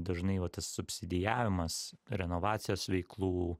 dažnai vat tas subsidijavimas renovacijos veiklų